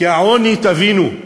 כי העוני, תבינו,